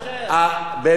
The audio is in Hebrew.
באמת,